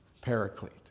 paraclete